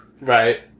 Right